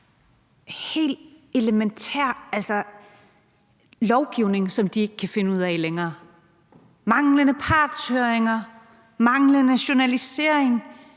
helt elementær lovgivning, som de ikke kan finde ud af længere. Der er manglende partshøringer og manglende journalisering.